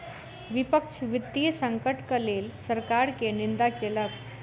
विपक्ष वित्तीय संकटक लेल सरकार के निंदा केलक